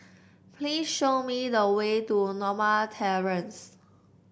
please show me the way to Norma Terrace